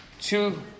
two